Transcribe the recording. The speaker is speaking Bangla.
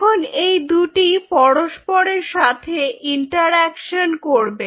এখন এই দুটি পরস্পরের সাথে ইন্টারঅ্যাকশন করবে